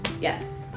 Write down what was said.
yes